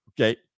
Okay